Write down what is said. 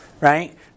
Right